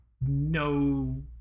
no